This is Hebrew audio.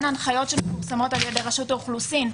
ההנחיות שמפורסמות על ידי רשות האוכלוסין.